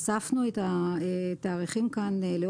מנוע דיזל ימי בעל